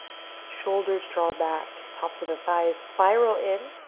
shoulders draw back, tops of the thighs spiral in.